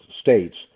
states